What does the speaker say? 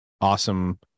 awesome